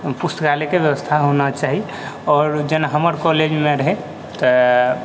पुस्तकालयके व्यवस्था होना चाही आओर जेना हमर कॉलेजमे रहै तऽ